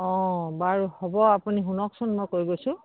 অঁ বাৰু হ'ব আপুনি শুনকচোন মই কৈ গৈছোঁ